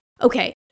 Okay